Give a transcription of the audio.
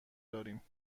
داریم